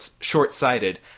short-sighted